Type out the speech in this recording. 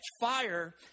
fire